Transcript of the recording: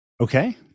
Okay